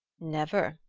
never.